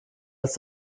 als